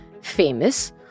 famous